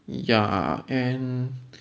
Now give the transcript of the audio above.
ya and